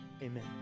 Amen